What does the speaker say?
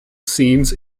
scenes